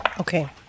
Okay